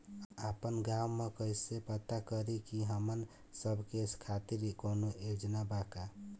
आपन गाँव म कइसे पता करि की हमन सब के खातिर कौनो योजना बा का?